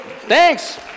thanks